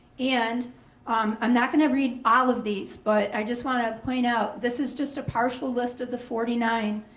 and um i'm not gonna read all of these, but i just want to point out, this is just a partial list of the forty nine,